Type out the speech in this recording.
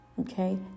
okay